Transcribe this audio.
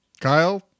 Kyle